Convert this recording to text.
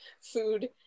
food